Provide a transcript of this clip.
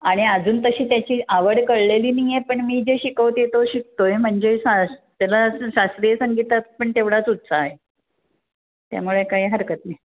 आणि अजून तशी त्याची आवड कळलेली नाही आहे पण मी जे शिकवते तो शिकतो आहे म्हणजे सा त्याला असं शास्त्रीय संगीतात पण तेवढाच उत्साह आहे त्यामुळे काही हरकत नाही